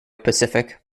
pacific